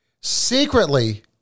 secretly